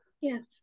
Yes